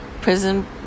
prison